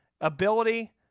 ability